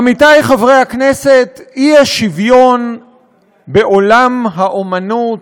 עמיתי חברי הכנסת, אי-שוויון בעולם האמנות,